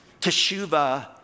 Teshuvah